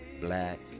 black